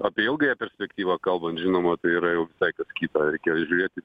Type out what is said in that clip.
apie ilgąją perspektyvą kalbant žinoma tai yra jau visai kas kita reikia žiūrėti